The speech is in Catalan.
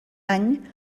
any